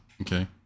Okay